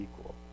equal